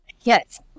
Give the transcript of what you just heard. Yes